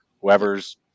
Whoever's